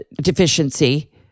deficiency